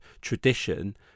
tradition